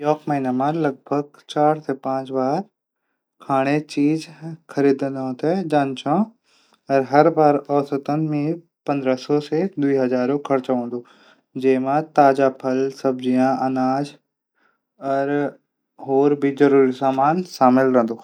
एक महिना मा चार से पांच बार खाणा चीज खरीदणो जां छो अर हर बार मी औसतन पंद्रह सौ से दो हजारो खर्च हूंदू। जैमा ताजा फल हरी सब्जियां। अनाज और भी जरुरी सामान शामिल रैंदू।